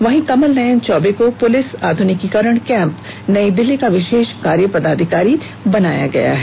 वहीं कमल नयन चौबे को पुलिस आध्रनिकीकरण कैंप नयी दिल्ली का विशेष कार्य पदाधिकारी बनाया गया है